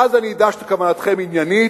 ואז אני אדע שכוונתכם עניינית,